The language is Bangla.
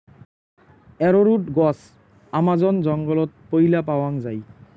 অ্যারোরুট গছ আমাজন জঙ্গলত পৈলা পাওয়াং যাই